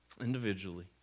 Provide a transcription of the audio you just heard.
individually